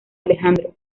alejandro